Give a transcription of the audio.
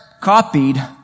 copied